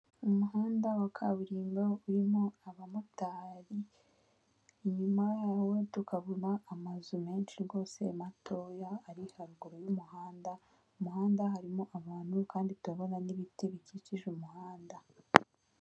Umuhanda wa kaburimbo urimo abamotari, inyuma yawo tukabona amazu menshi rwose matoya ari haruguru y'umuhanda, mu muhanda harimo abantu kandi turabona n'ibiti bikikije umuhanda.